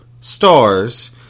stars